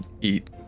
eat